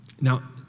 Now